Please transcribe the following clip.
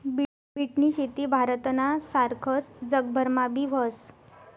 बीटनी शेती भारतना सारखस जगभरमा बी व्हस